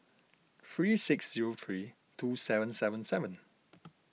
three six zero three two seven seven seven